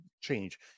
change